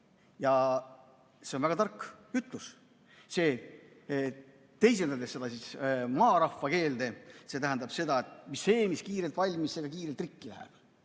See on väga tark ütlus. Teisendades seda maarahva keelde, tähendab see seda, et see, mis kiirelt valmis, see ka kiirelt rikki läheb.